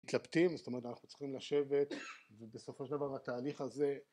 מתלבטים, זאת אומרת אנחנו צריכים לשבת ובסופו של דבר התהליך הזה